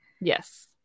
Yes